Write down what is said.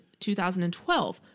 2012